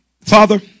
Father